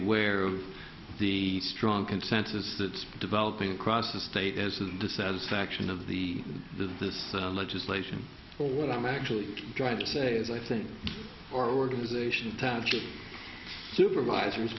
aware of the strong consensus that developing across the state as a dissatisfaction of the does this legislation or what i'm actually trying to say is i think organization township supervisors